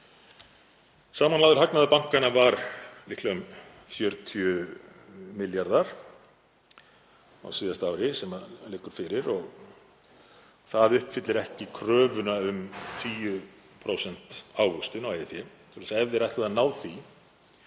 Samanlagður hagnaður bankanna var líklega um 40 milljarðar á síðasta ári sem liggur fyrir og það uppfyllir ekki kröfuna um 10% ávöxtun á eigið fé.